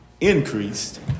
increased